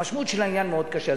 המשמעות של העניין מאוד קשה.